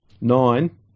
Nine